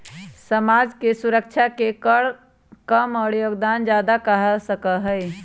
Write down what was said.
समाज के सुरक्षा के कर कम और योगदान ज्यादा कहा जा सका हई